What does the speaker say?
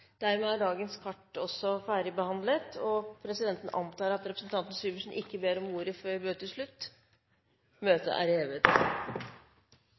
Dermed er dagens kart ferdigbehandlet. Forlanger noen ordet før møtet heves? – Møtet er hevet.